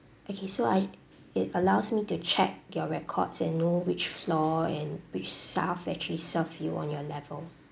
okay so I it allows me to check your records and know which floor and which staff actually serve you on your level